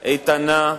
איתנה,